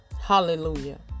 Hallelujah